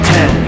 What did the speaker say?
Ten